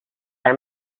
our